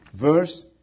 Verse